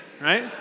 right